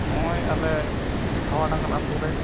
ᱱᱚᱜᱼᱚᱭ ᱟᱞᱮ ᱫᱷᱟᱣᱟ ᱰᱟᱸᱜᱟᱞ ᱟᱹᱛᱩᱨᱮ